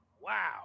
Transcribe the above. Wow